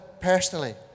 personally